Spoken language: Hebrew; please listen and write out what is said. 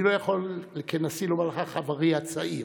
אני לא יכול, כנשיא, לומר לך: חברי הצעיר,